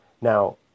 Now